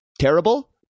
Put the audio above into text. Terrible